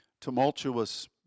tumultuous